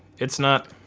it's not.